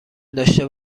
داشته